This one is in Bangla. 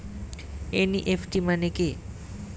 এন.ই.এফ.টি মানে কি?